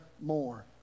more